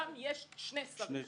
שם יש שני שרים.